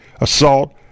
assault